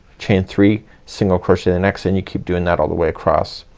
chain three, single crochet in the next and you keep doing that all the way across.